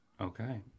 Okay